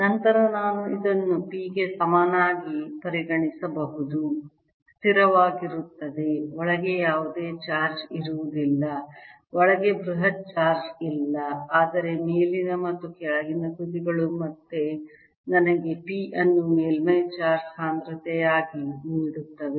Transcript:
ನಂತರ ನಾನು ಇದನ್ನು p ಗೆ ಸಮನಾಗಿ ಪರಿಗಣಿಸಬಹುದು ಸ್ಥಿರವಾಗಿರುತ್ತದೆ ಒಳಗೆ ಯಾವುದೇ ಚಾರ್ಜ್ ಇರುವುದಿಲ್ಲ ಒಳಗೆ ಬೃಹತ್ ಚಾರ್ಜ್ ಇಲ್ಲ ಆದರೆ ಮೇಲಿನ ಮತ್ತು ಕೆಳಗಿನ ತುದಿಗಳು ಮತ್ತೆ ನನಗೆ p ಅನ್ನು ಮೇಲ್ಮೈ ಚಾರ್ಜ್ ಸಾಂದ್ರತೆಯಾಗಿ ನೀಡುತ್ತವೆ